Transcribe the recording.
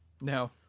No